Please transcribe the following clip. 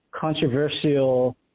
controversial